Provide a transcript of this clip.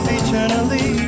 eternally